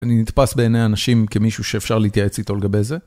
אני נתפס בעיני אנשים כמישהו שאפשר להתייעץ איתו לגבי זה.